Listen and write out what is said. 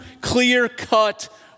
clear-cut